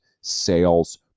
sales